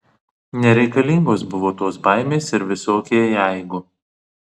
nereikalingos buvo tos baimės ir visokie jeigu